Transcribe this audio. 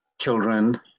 children